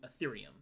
Ethereum